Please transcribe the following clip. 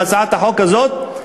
בהצעת החוק הזאת,